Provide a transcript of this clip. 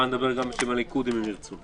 אני מוכן לדבר גם בשם הליכוד, אם הם ירצו.